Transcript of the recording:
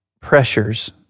pressures